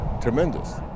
Tremendous